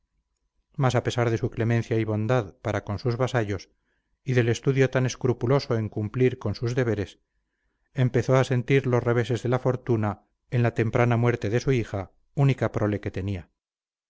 mas a pesar de su clemencia y bondad para con sus vasallos y del estudio tan escrupuloso en cumplir con sus deberes empezó a sentir los reveses de la fortuna en la temprana muerte de su hija única prole que tenía